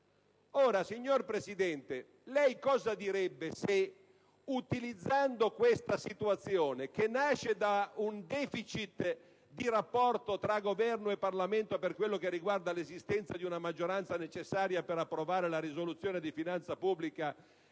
Ora, signor Presidente, lei che cosa direbbe se, utilizzando questa situazione che nasce da un deficit di rapporto tra Governo e Parlamento per quanto riguarda l'esistenza di una maggioranza necessaria per approvare la risoluzione sulla Decisione di finanza pubblica,